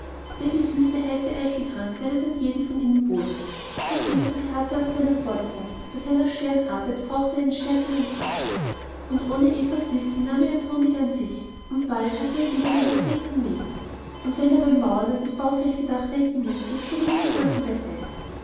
der gesüßte heiße eicheltrank werde dann jedem von ihnen wohltun doch peter beharrte auf seiner forderung bei seiner schweren arbeit brauche er den stärkenden trank und ohne evas wissen nahm er ihren honig an sich und bald hatte er wieder den ersehnten met und wenn er beim mauern an das baufällige dach denken mußte schob er den gedanken